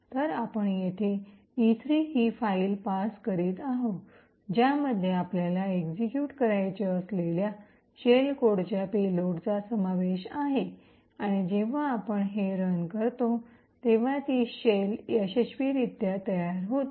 तर आपण येथे E3 ही फाईल पास करीत आहोत ज्यामध्ये आपल्याला एक्सिक्यूट करायचे असलेल्या शेल कोडच्या पेलोडचा समावेश आहे आणि जेव्हा आपण हे रन करतो तेव्हा ती शेल यशस्वीरित्या तयार होते